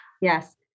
yes